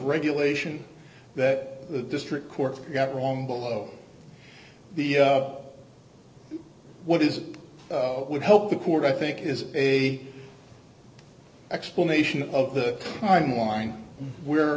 regulation that the district court got wrong below the what is would help the court i think is a explanation of the timeline where